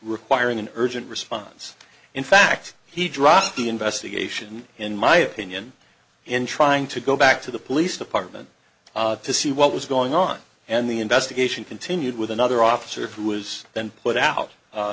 requiring an urgent response in fact he dropped the investigation in my opinion in trying to go back to the police department to see what was going on and the investigation continued with another officer who was then put out